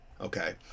okay